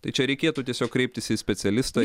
tai čia reikėtų tiesiog kreiptis į specialistą